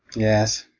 yes,